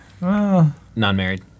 Non-married